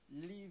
leave